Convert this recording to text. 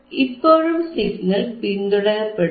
ഇപ്പോഴും സിഗ്നൽ പിന്തുടരപ്പെടുന്നു